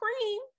cream